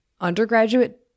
undergraduate